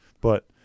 But-